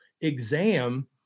exam